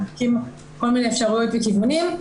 אנחנו בודקים כל מיני אפשרויות וכיוונים.